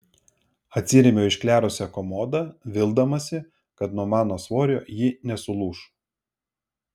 atsirėmiau į išklerusią komodą vildamasi kad nuo mano svorio ji nesulūš